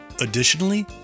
Additionally